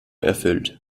erfüllt